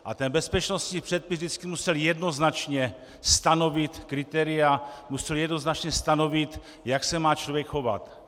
A ten bezpečnostní předpis vždycky musel jednoznačně stanovit kritéria, musel jednoznačně stanovit, jak se má člověk chovat.